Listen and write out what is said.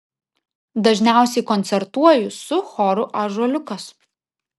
dažniausiai koncertuoju su choru ąžuoliukas